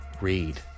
Read